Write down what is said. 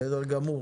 בסדר גמור.